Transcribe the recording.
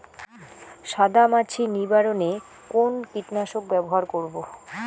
সাদা মাছি নিবারণ এ কোন কীটনাশক ব্যবহার করব?